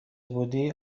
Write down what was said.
بودی